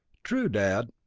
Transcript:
true, dad,